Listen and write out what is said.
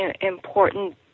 important